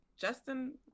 justin